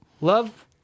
Love